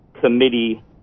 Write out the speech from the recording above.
Committee